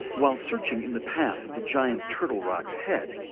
while searching in the path of the giant turtle rock's head,